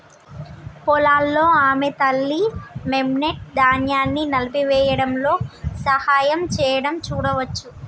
పొలాల్లో ఆమె తల్లి, మెమ్నెట్, ధాన్యాన్ని నలిపివేయడంలో సహాయం చేయడం చూడవచ్చు